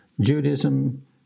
Judaism